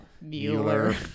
Mueller